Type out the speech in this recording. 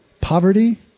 Poverty